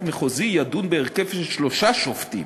המחוזי ידון בהרכב של שלושה שופטים